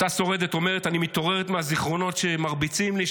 אותה שורדת אומרת: אני מתעוררת מהזיכרונות שמרביצים לי,